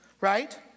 right